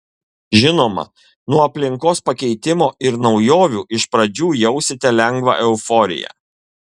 žinoma nuo aplinkos pakeitimo ir naujovių iš pradžių jausite lengvą euforiją